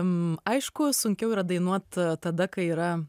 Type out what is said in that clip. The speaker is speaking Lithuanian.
m aišku sunkiau yra dainuot tada kai yra